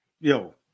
Yo